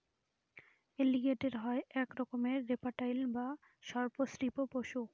এলিগেটের হয় এক রকমের রেপ্টাইল বা সর্প শ্রীপ পশু